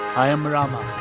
i am rama,